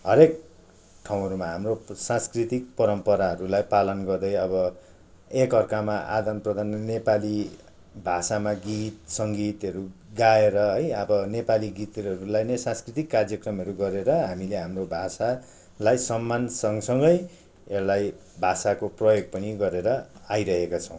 हरेक ठाउँहरूमा हाम्रो सांस्कृतिक परम्पराहरूलाई पालन गर्दै अब एकाअर्कामा आदान प्रदान नेपाली भाषामा गीत सङ्गीतहरू गाएर है अब नेपाली गीतहरूलाई नै सांस्कृतिक कार्यक्रमहरू गरेर हामीले हाम्रो भाषालाई सम्मान सँगसँगै यसलाई भाषाको प्रयोग पनि गरेर आइरहेका छौँ